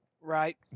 Right